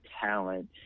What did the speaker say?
talent